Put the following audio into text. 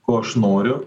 ko aš noriu